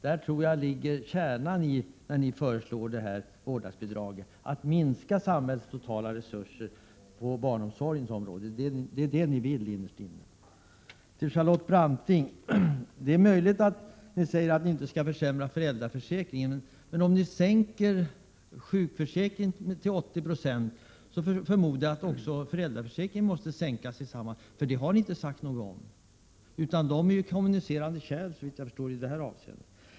Däri ligger nog kärnan när ni föreslår ett vårdnadsbidrag — att minska samhällets totala resurser på barnomsorgsområdet. Jag tror att det är det ni innerst inne vill. Till Charlotte Branting vill jag säga det är möjligt att ni som ni påstår inte vill försämra föräldraförsäkringen. Om ni emellertid sänker sjukförsäkring en till 80 26, förmodar jag att föräldraförsäkringen också måste sänkas till samma nivå. Det har ni inte sagt något om. Såvitt jag förstår är dessa försäkringar kommunicerande kärl i detta avseende.